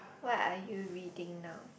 what are you reading now